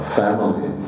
family